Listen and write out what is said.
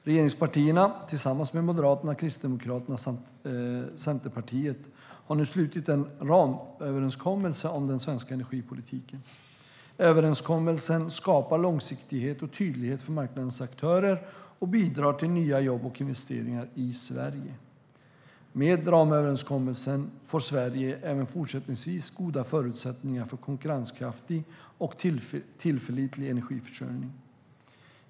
Regeringspartierna har nu tillsammans med Moderaterna, Kristdemokraterna och Centerpartiet slutit en ramöverenskommelse om den svenska energipolitiken. Överenskommelsen skapar långsiktighet och tydlighet för marknadens aktörer och bidrar till nya jobb och investeringar i Sverige. Med ramöverenskommelsen får Sverige även fortsättningsvis goda förutsättningar för konkurrenskraftig och tillförlitlig energiförsörjning.